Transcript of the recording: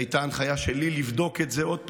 הייתה הנחיה שלי לבדוק את זה עוד פעם,